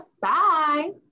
Bye